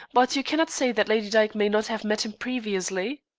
but you cannot say that lady dyke may not have met him previously?